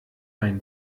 meinen